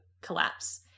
collapse